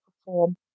perform